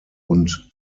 und